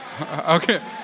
Okay